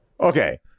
Okay